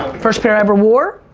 first pair i ever wore,